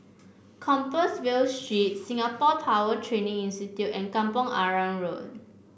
Compassvale Street Singapore Power Training Institute and Kampong Arang Road